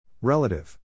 Relative